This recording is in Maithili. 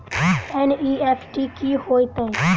एन.ई.एफ.टी की होइत अछि?